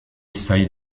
said